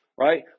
right